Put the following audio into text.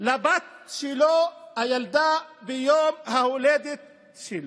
לבת שלו ביום ההולדת שלה.